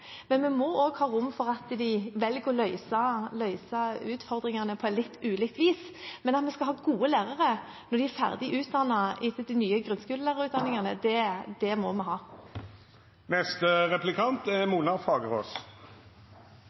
Men vi må også ha rom for at de velger å løse utfordringene på litt ulikt vis. Vi skal ha gode lærere når de er ferdig utdannet etter de nye grunnskoleutdanningene. Det må vi